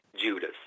Judas